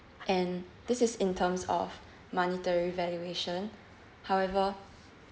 and this is in terms of monetary valuation however